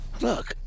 look